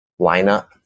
lineup